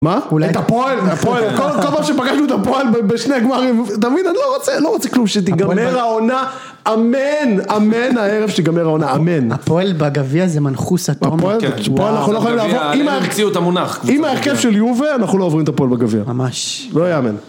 מה? אולי את הפועל! כל פעם שפגשנו את הפועל בשני גמרים, דוד אני לא רוצה, אני לא רוצה כלום, שתיגמר העונה, אמן, אמן הערב שתיגמר העונה, אמן. הפועל בגביע זה מנחוס אטומי. פה אנחנו לא יכולים לעבור. הם המציאו את המונח. עם ה.. עם ההרכב של יובה אנחנו לא עוברים את הפועל בגבייה. ממש. לא יאמן.